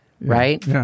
right